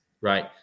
right